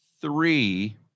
three